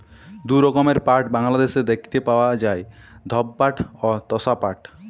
দু রকমের পাট বাংলাদ্যাশে দ্যাইখতে পাউয়া যায়, ধব পাট অ তসা পাট